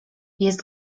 jest